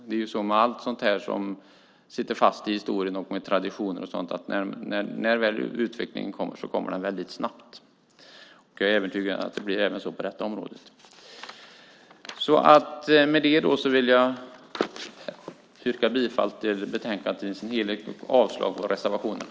Det är så med allt som sitter fast i historien och traditioner. När väl utvecklingen kommer, kommer den snabbt. Jag är övertygad om att det blir så även på detta område. Med detta vill jag yrka bifall till förslaget i betänkandet och avslag på reservationerna.